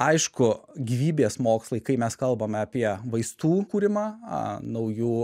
aišku gyvybės mokslai kai mes kalbame apie vaistų kūrimą naujų